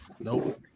Nope